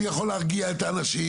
אתה רוצה להגיד משהו?